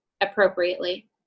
appropriately